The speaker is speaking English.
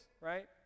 right